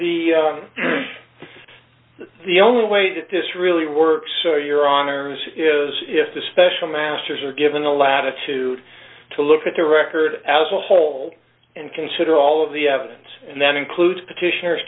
the the only way that this really works are your honors if the special masters are given the latitude to look at the record as a whole and consider all of the evidence and that includes petitioners